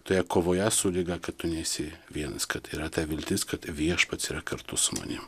toje kovoje su liga kad tu nesi vienas kad yra ta viltis kad viešpats yra kartu su manim